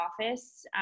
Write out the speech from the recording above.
office